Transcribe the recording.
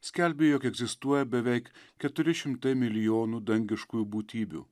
skelbė jog egzistuoja beveik keturi šimtai milijonų dangiškųjų būtybių